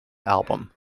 album